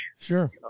Sure